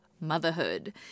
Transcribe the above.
motherhood